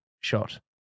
shot